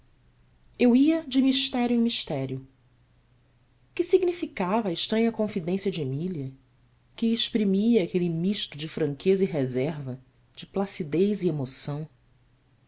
eu ia de mistério em mistério que significava a estranha confidência de emília que exprimia aquele misto de franqueza e reserva de placidez e emoção